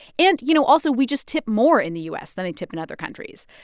and, you know, also, we just tip more in the u s. than they tip in other countries.